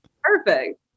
Perfect